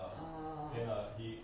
orh